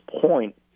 point